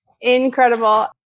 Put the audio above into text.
incredible